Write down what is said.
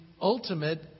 ultimate